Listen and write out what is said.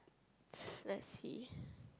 let's let's see